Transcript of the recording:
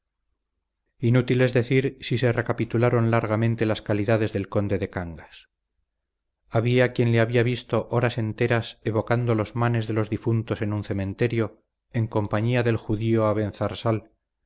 inútil es decir si se recapitularon largamente las calidades del conde de cangas había quien le había visto horas enteras evocando los manes de los difuntos en un cementerio en compañía del judío